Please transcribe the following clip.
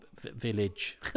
village